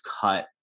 cut